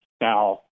Now